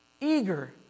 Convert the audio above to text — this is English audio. eager